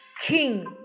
king